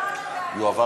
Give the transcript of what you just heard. ההצעה להעביר